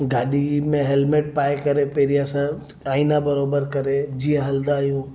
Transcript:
गाॾी में हैलमेट पाए करे पहिरीं असां आइना बराबरि करे जीअं हलंदा आहियूं